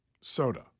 soda